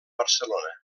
barcelona